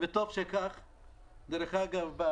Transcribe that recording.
דרך אגב,